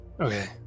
okay